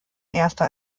erster